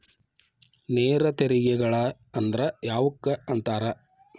ನೇರ ತೆರಿಗೆಗಳ ಅಂದ್ರ ಯಾವಕ್ಕ ಅಂತಾರ